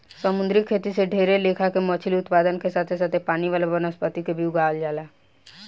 समुंद्री खेती से ढेरे लेखा के मछली उत्पादन के साथे साथे पानी वाला वनस्पति के भी उगावल जाला